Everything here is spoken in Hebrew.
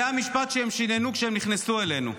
זה המשפט שהם שיננו כשהם נכנסו אלינו.